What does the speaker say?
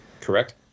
Correct